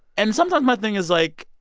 and sometimes my thing is like,